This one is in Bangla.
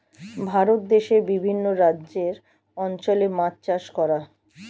ভারত দেশে বিভিন্ন রাজ্যের অঞ্চলে মাছ চাষ করা